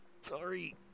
Sorry